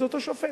זה אותו שופט.